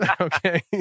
okay